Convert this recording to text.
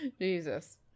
jesus